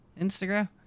Instagram